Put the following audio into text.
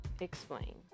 Explain